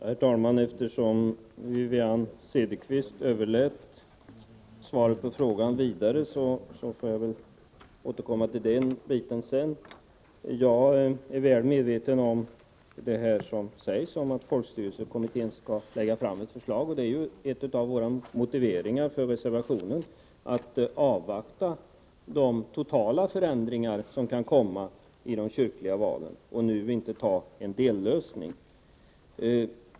Herr talman! Eftersom Wivi-Anne Cederqvist överlät till nästa talare att svara på min fråga får jag återkomma till den senare. Jag är väl medveten om att folkstyrelsekommittén skall lägga fram ett förslag. En av våra motiveringar för reservationen är ju att man bör avvakta de totala förändringar som kan komma i fråga om de kyrkliga valen och inte nu stanna för en dellösning.